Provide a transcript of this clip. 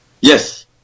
Yes